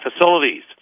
facilities